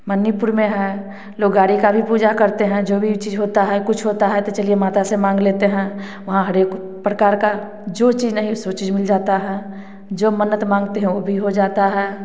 मनिपुर में है लोग गाड़ी का भी पूजा करते हैं जो भी चीज होता है कुछ होता है तो चलिए माता से माँग लेते हैं वहाँ हर एक का प्रकार का जो चीज नहीं सो चीज़ मिल जाता है जो मन्नत माँगते हैं वो भी हो जाता है